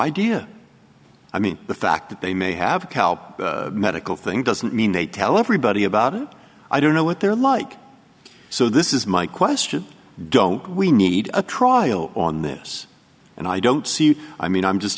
idea i mean the fact that they may have helped medical thing doesn't mean they tell everybody about it i don't know what they're like so this is my question don't we need a trial on this and i don't see you i mean i'm just